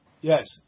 Yes